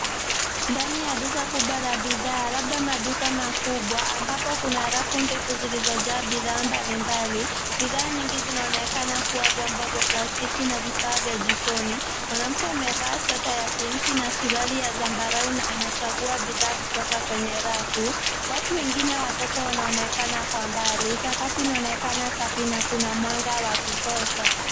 Ndani ya duka kubwa la bidhaa, labda maduka makubwa ambapo kuna rafu ndefu zilizojaa bidhaa mbali mbali. Bidhaa nyingi zinaonekana kuwa vyombo vya plastiki na vifaa vya jikoni. Mwanamke amevaa sweta ya pink na suruali ya zambarau na anachagua bidhaa kutoka kwenye rafu. Watu wengine wachache wanaonekana kwa mbali. Sakafu inaonekana safi na kuna mwanga wa kutosha.